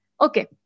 Okay